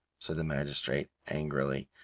said the magistrate, angrily,